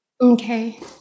Okay